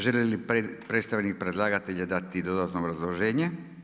Želi li predstavnik predlagatelja dati dodatno obrazloženje?